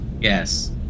yes